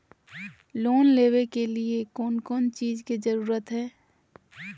Loan लेबे के लिए कौन कौन चीज के जरूरत है?